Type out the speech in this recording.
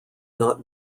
not